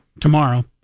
tomorrow